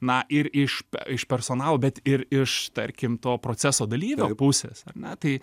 na ir iš iš personalo bet ir iš tarkim to proceso dalyvio pusės ar ne tai